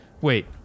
Wait